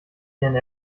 nenne